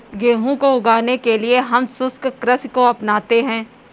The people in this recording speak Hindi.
गेहूं को उगाने के लिए हम शुष्क कृषि को अपनाते हैं